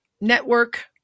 network